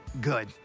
good